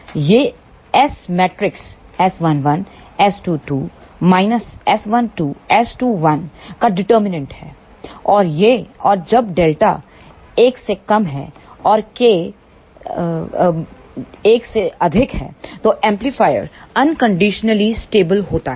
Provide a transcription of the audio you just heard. यह S matrix S22 S12 S21 का determinant है और जब Δ 1 और K 1 है तो एम्पलीफायर अनकंडीशनली स्टेबल होता है